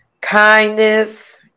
kindness